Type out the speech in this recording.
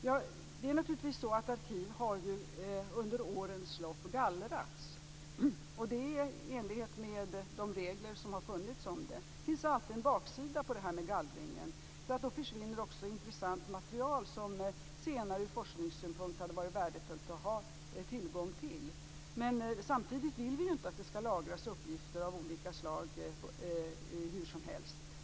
Arkiv har naturligtvis under årens lopp gallrats. Det har skett i enlighet med de regler som har funnits. Det finns alltid en baksida på gallringen, för då försvinner också intressant material som ur forskningssynpunkt hade varit värdefullt att ha tillgång till senare. Samtidigt vill vi ju inte att det skall lagras uppgifter av olika slag hur som helst.